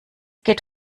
geht